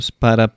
PARA